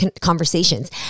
conversations